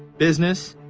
business,